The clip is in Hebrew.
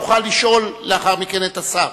יוכל לשאול לאחר מכן את השר.